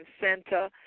Center